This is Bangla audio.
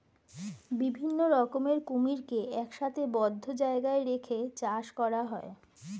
বিভিন্ন রকমের কুমিরকে একসাথে বদ্ধ জায়গায় রেখে চাষ করা হয়